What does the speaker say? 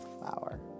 flour